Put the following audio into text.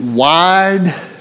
Wide